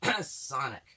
Sonic